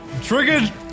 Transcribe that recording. Triggered